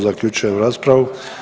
Zaključujem raspravu.